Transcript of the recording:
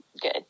good